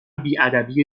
بیادبی